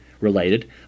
Related